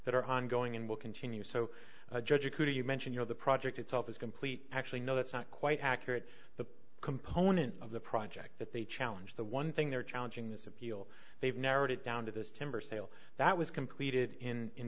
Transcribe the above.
that are ongoing and will continue so judge including you mention you know the project itself is complete actually no that's not quite accurate the components of the project that they challenge the one thing they're challenging this appeal they've narrowed it down to this timber sale that was completed in in